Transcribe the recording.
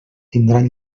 tindran